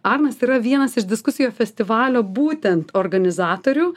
arnas yra vienas iš diskusijų festivalio būtent organizatorių